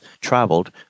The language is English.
traveled